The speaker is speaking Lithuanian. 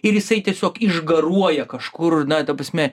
ir jisai tiesiog išgaruoja kažkur na ta prasme